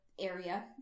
area